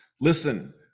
listen